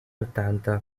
ottanta